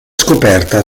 scoperta